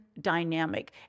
dynamic